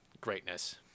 greatness